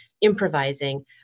improvising